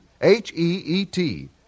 H-E-E-T